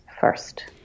first